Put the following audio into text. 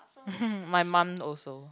my mum also